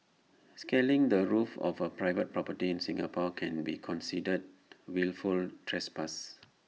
scaling the roof of A private property in Singapore can be considered wilful trespass